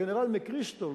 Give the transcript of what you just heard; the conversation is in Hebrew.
הגנרל מקריסטל,